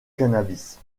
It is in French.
cannabis